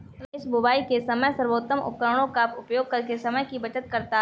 रमेश बुवाई के समय सर्वोत्तम उपकरणों का उपयोग करके समय की बचत करता है